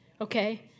okay